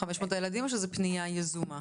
או שזו פנייה יזומה?